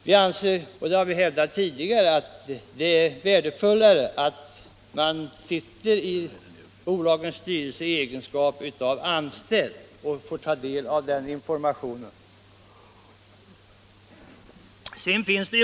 Vi anser —- och det har vi hävdat tidigare — att det är värdefullare att de anställda har representanter i bolagens styrelser och på det sättet får del av informationen.